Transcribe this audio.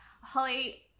Holly